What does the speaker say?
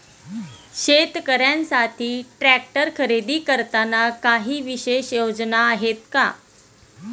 शेतकऱ्यांसाठी ट्रॅक्टर खरेदी करताना काही विशेष योजना आहेत का?